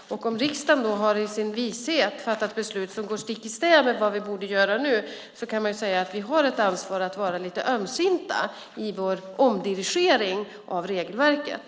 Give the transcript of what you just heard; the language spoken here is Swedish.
Om riksdagen då i sin vishet har fattat beslut som går stick i stäv med vad vi borde göra nu kan man säga att vi har ett ansvar att vara lite ömsinta i vår omdirigering av regelverket.